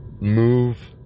move